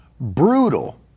brutal